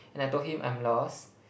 and I told him I am lost